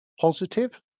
positive